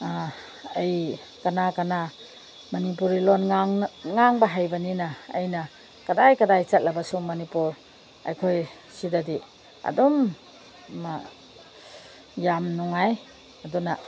ꯑꯩ ꯀꯅꯥ ꯀꯅꯥ ꯃꯅꯤꯄꯨꯔꯤ ꯂꯣꯟ ꯉꯥꯡꯕ ꯍꯩꯕꯅꯤꯅ ꯑꯩꯅ ꯀꯗꯥꯏ ꯀꯗꯥꯏ ꯆꯠꯂꯕꯁꯨ ꯃꯆꯤꯄꯨꯔ ꯑꯩꯈꯣꯏꯁꯤꯗꯗꯤ ꯑꯗꯨꯝ ꯌꯥꯝ ꯅꯨꯡꯉꯥꯏ ꯑꯗꯨꯅ